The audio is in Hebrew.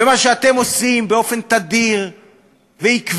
ומה שאתם עושים באופן תדיר ועקבי,